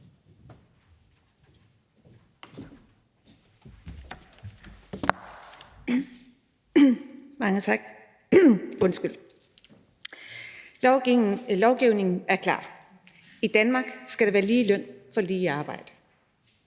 Mange tak. Lovgivningen er klar: I Danmark skal der være lige løn for lige arbejde.